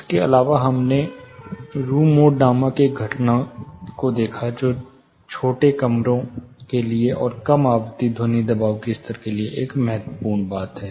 इसके अलावा हमने रूम मोड नामक एक घटना को देखा जो छोटे कमरों के लिए और कम आवृत्ति ध्वनि दबाव के स्तर के लिए एक महत्वपूर्ण बात है